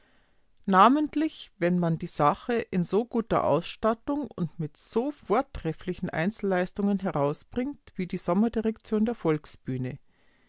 namentlich wenn man die sache in so guter ausstattung und mit so vortrefflichen einzelleistungen herausbringt wie die sommerdirektion der volksbühne